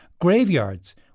graveyards